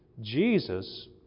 jesus